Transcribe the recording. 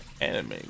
anime